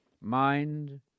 mind